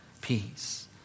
peace